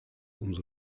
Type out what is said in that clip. umso